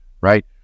Right